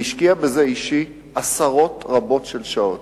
והשקיע בזה אישית עשרות רבות של שעות.